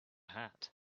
hat